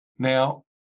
Now